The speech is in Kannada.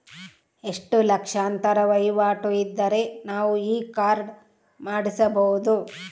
ಎಷ್ಟು ಲಕ್ಷಾಂತರ ವಹಿವಾಟು ಇದ್ದರೆ ನಾವು ಈ ಕಾರ್ಡ್ ಮಾಡಿಸಬಹುದು?